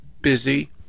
busy